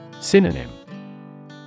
Synonym